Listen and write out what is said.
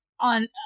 on